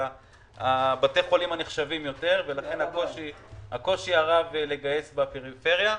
בתי החולים הנחשבים יותר ולכן יש קושי רב לגייס תרומות בפריפריה.